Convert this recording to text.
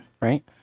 right